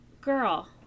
girl